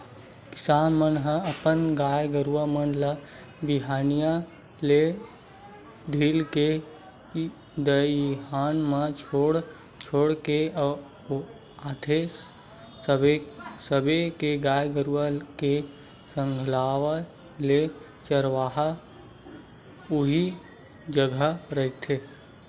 किसान मन ह अपन गाय गरु मन ल बिहनिया ले ढील के दईहान म छोड़ के आथे सबे के गाय गरुवा के सकलावत ले चरवाहा उही जघा रखथे